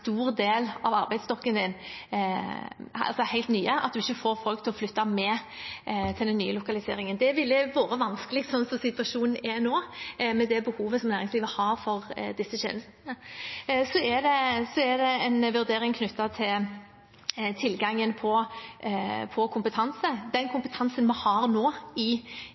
del av arbeidsstokken, altså helt nye folk; at en ikke får folk til å flytte med til den nye lokaliseringen. Det ville vært vanskelig sånn som situasjonen er nå, med det behovet som næringslivet har for disse tjenestene. Så er det en vurdering knyttet til tilgangen på kompetanse. Den kompetansen vi nå har i